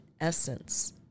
essence